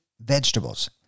vegetables